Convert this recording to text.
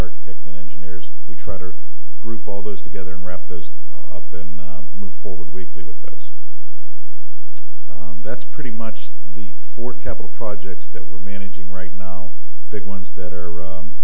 architect and engineers we try to group all those together and wrap those up and move forward weekly with those that's pretty much the four capital projects that we're managing right now big ones that are